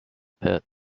pit